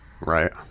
Right